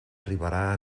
arribarà